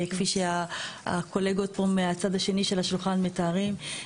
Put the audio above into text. כפי שהקולגות פה מהצד השני של השולחן מתארים.